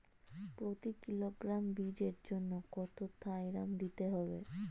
প্রতি কিলোগ্রাম বীজের জন্য কত থাইরাম দিতে হবে?